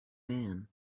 man